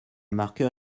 marqueur